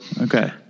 Okay